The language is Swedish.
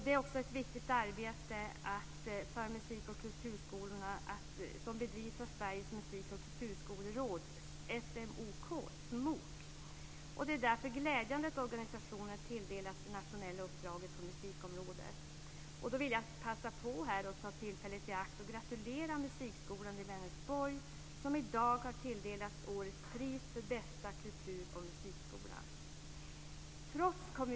Det är också ett viktigt arbete för musik och kulturskolorna som bedrivs av Sveriges musik och kulturskoleråd, SMOK. Det är därför glädjande att organisationen tilldelats det nationella uppdraget på musikområdet. Jag vill här passa på att ta tillfället i akt att gratulera musikskolan i Vänersborg, som i dag har tilldelats årets pris för bästa kultur och musikskola.